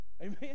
Amen